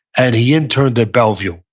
and he interned at bellevue.